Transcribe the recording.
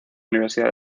universidad